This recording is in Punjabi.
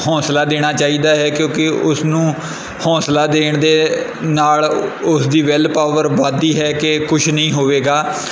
ਹੌਂਸਲਾ ਦੇਣਾ ਚਾਹੀਦਾ ਹੈ ਕਿਉਂਕਿ ਉਸ ਨੂੰ ਹੌਂਸਲਾ ਦੇਣ ਦੇ ਨਾਲ ਉਸ ਦੀ ਵਿੱਲ ਪਾਵਰ ਵਧਦੀ ਹੈ ਕਿ ਕੁਝ ਨਹੀਂ ਹੋਵੇਗਾ